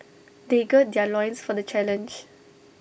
they gird their loins for the challenge